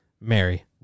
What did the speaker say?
Mary